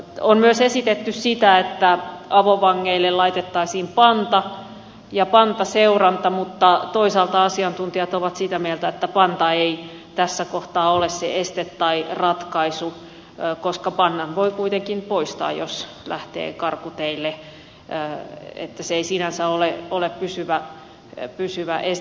on myös esitetty sitä että avovangeille laitettaisiin panta ja pantaseuranta mutta toisaalta asiantuntijat ovat sitä mieltä että panta ei tässä kohtaa ole se este tai ratkaisu koska pannan voi kuitenkin poistaa jos lähtee karkuteille niin että se ei sinänsä ole pysyvä este